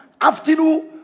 afternoon